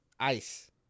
Ice